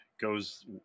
goes